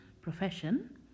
profession